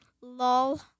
Lol